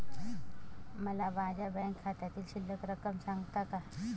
मला माझ्या बँक खात्यातील शिल्लक रक्कम सांगता का?